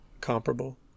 comparable